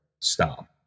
stop